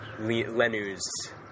Lenu's